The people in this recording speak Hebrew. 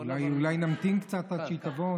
אולי נמתין קצת עד שהיא תבוא.